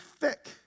thick